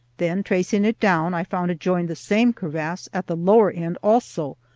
then, tracing it down, i found it joined the same crevasse at the lower end also,